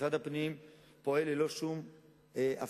משרד הפנים פועל ללא שום אפליה.